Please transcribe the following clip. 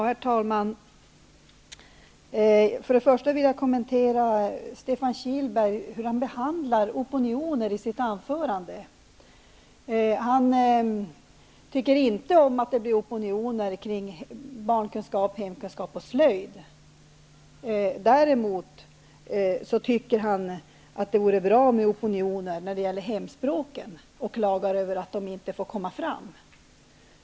Herr talman! Jag vill börja med att kommentera det sätt på vilket Stefan Kihlberg behandlar opinioner. Han tycker inte om att det blir opinioner kring barnkunskap, hemkunskap och slöjd. Däremot tycker han att det är bra med opinioner i fråga om hemspråksundervisningen, och han klagar över att dessa opinioner inte får komma fram.